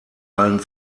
allen